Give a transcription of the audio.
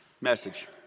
message